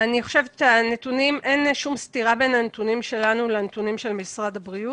אני חושבת שאין שום סתירה בין הנתונים שלנו לנתונים של משרד הבריאות.